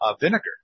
vinegar